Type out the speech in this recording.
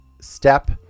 step